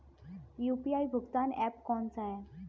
UPI भुगतान app कौन सा है?